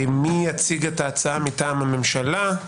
מי יציג את ההצעה מטעם הממשלה?